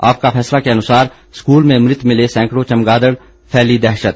आपका फैसला के अनुसार स्कूल में मृत मिले सैकड़ों चमगादड़ फैली दहशत